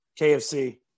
KFC